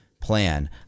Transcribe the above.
plan